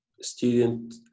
student